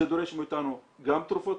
זה דורש מאיתנו גם לקנות תרופות,